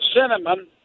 cinnamon